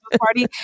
party